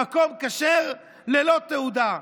המקום כשר ללא תעודה.